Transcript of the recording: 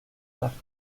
left